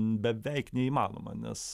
beveik neįmanoma nes